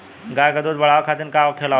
गाय क दूध बढ़ावे खातिन का खेलावल जाय?